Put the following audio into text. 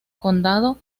condado